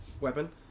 weapon